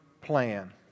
plan